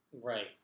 Right